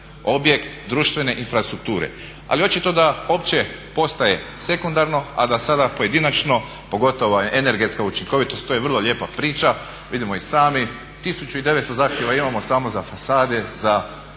objekt društvene infrastrukture. Ali očito da opće postaje sekundarno a da sada pojedinačno pogotovo energetska učinkovitost to je vrlo lijepa priča, vidimo i sami 1900 zahtjeva imamo samo za fasade, za ove